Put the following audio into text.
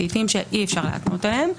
סעיפים שאי-אפשר להתנות עליהם.